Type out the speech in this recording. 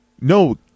No